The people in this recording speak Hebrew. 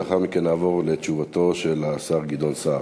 לאחר מכן נעבור לתשובתו של השר גדעון סער,